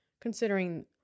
considering